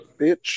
Bitch